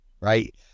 right